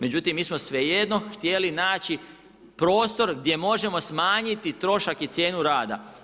Međutim mi smo svejedno htjeli naći prostor gdje možemo smanjiti trošak i cijenu rada.